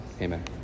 Amen